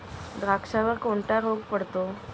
द्राक्षावर कोणता रोग पडतो?